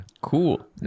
Cool